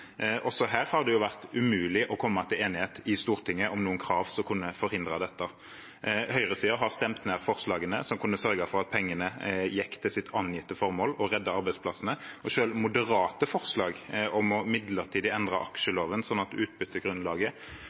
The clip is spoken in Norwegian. Også her har det vært umulig å komme til enighet i Stortinget om noen krav som kunne forhindret dette. Høyresiden har stemt ned forslagene som kunne sørget for at pengene gikk til sitt angitte formål og reddet arbeidsplassene. Selv moderate forslag om midlertidig å endre aksjeloven sånn at utbyttegrunnlaget